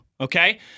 Okay